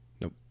Nope